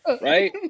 right